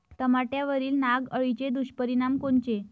टमाट्यावरील नाग अळीचे दुष्परिणाम कोनचे?